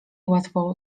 łatwo